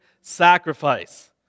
sacrifice